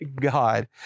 God